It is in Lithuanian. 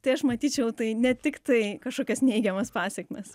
tai aš matyčiau tai ne tik tai kažkokias neigiamas pasekmes